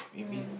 mm